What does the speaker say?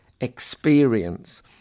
experience